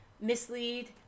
mislead